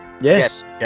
Yes